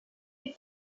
est